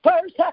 first